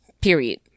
Period